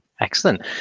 excellent